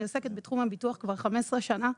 אני עוסקת בתחום הביטוח כבר 15 שנה,